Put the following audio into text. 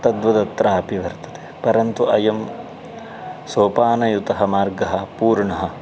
तद्वदत्रापि वर्तते परन्तु अयं सोपानयुतः मार्गः पूर्णः